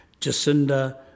Jacinda